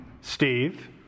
Steve